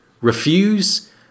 Refuse